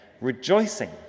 rejoicing